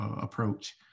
approach